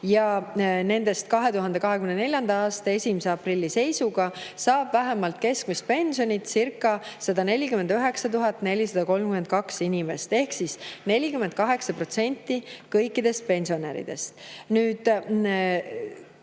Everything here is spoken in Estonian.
ja nendest 2024. aasta 1. aprilli seisuga sai vähemalt keskmist pensioni 149 432 inimest ehk 48% kõikidest pensionäridest.